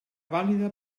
vàlida